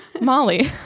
Molly